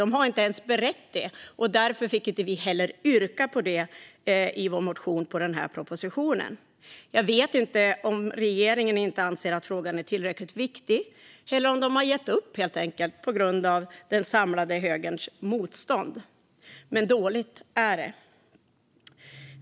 Man har inte ens berett det, och därför fick vi inte heller yrka på det i vår motion på den här propositionen. Jag vet inte om regeringen inte anser att frågan är tillräckligt viktig eller om den helt enkelt har gett upp på grund av den samlade högerns motstånd. Men dåligt är det.